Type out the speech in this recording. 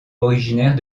originaire